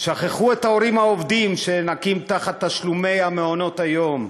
שכחו את ההורים העובדים שנאנקים תחת תשלומי מעונות-היום,